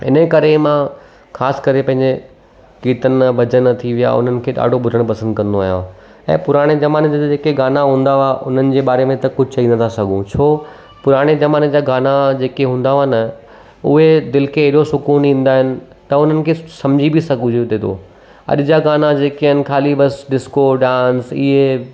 इन जे करे मां ख़ासि करे पंहिंजे कीर्तन भॼन थी विया उन्हनि खे ॾाढो ॿुधणु पसंदि कंदो आहियां ऐं पुराणे ज़माने जा जेके गाना हूंदा हुआ उन्हनि जे बारे में त कुझु चई नथा सघूं छो पुराणे ज़माने जा गाना जेके हूंदा हुआ न उहे दिलि खे अहिड़ो सुकूनु ॾींदा आहिनि त उन्हनि खे सम्झी बि सघूं जेके तो अॼु जा गाना जेके आहिनि ख़ाली बसि डिस्को डांस इहे